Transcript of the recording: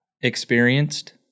experienced